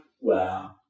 Wow